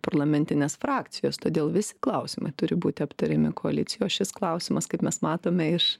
parlamentinės frakcijos todėl vis klausimai turi būti aptariami koalicijos šis klausimas kaip mes matome iš